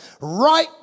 right